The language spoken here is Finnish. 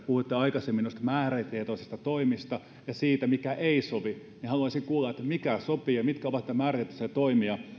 puhuitte aikaisemmin noista määrätietoisista toimista ja siitä mikä ei sovi niin haluaisin kyllä kuulla mikä sopii ja mitkä ovat niitä määrätietoisia toimia